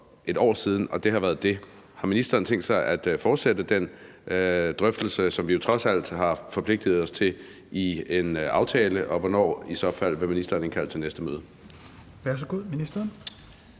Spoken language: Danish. et år siden, og det har været det. Har ministeren tænkt sig at fortsætte den drøftelse, som vi trods alt har forpligtet os til i en aftale, og hvornår vil ministeren i så fald indkalde til næste møde?